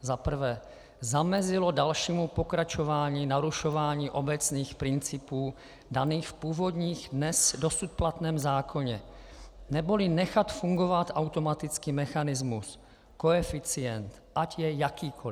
za prvé zamezilo dalšímu pokračování narušování obecných principů daných v původním, dnes dosud platném zákoně, neboli nechat fungovat automatický mechanismus, koeficient, ať je jakýkoli.